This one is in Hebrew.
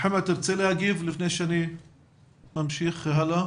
מוחמד, תרצה להגיב לפני שאני ממשיך הלאה?